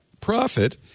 profit